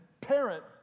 parent